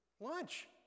Lunch